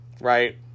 right